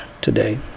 today